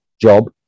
job